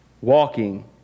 walking